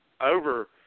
over